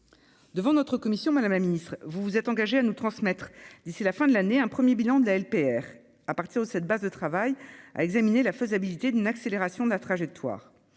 Devant notre commission, madame la ministre, vous vous êtes engagée à nous transmettre d'ici à la fin de l'année un premier bilan de la mise en oeuvre de la LPR et, sur cette base, à examiner la faisabilité d'une accélération de la trajectoire.